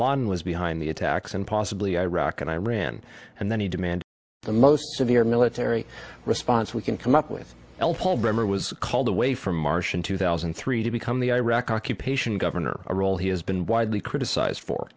laden was behind the attacks and possibly iraq and iran and then he demand the most severe military response we can come up with l paul bremer was called away from marsh in two thousand and three to become the iraqi occupation governor a role he has been widely criticized for